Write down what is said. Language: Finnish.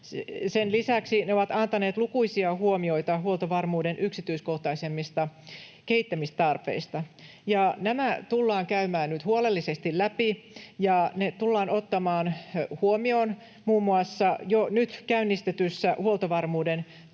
Sen lisäksi ne ovat antaneet lukuisia huomioita huoltovarmuuden yksityiskohtaisemmista kehittämistarpeista. Nämä tullaan käymään nyt huolellisesti läpi ja ne tullaan ottamaan huomioon muun muassa jo nyt käynnistetyssä huoltovarmuuden tavoitteista